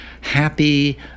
Happy